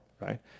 right